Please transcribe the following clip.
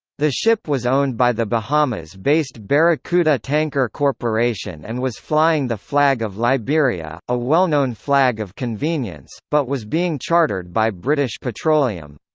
the ship was owned by the bahamas-based barracuda tanker corporation and was flying the flag of liberia, a well-known flag of convenience, but was being chartered by british petroleum.